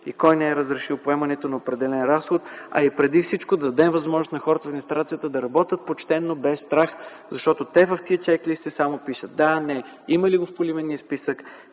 и кой не е разрешил поемането на определен разход, а и преди всичко да дадем възможност на хората от администрацията да работят почтено и без страх. В тези чек-листи те само пишат: „да” и „не”, има ли го в поименния списък,